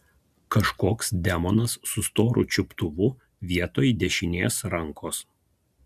kažkoks demonas su storu čiuptuvu vietoj dešinės rankos